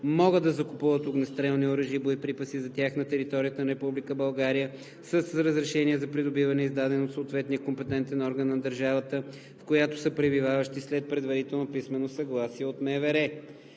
могат да закупуват огнестрелни оръжия и боеприпаси за тях на територията на Република България с разрешение за придобиване, издаден от съответния компетентен орган на държавата, в която са пребиваващи, след предварително писмено съгласие от МВР.“